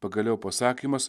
pagaliau pasakymas